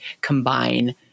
combine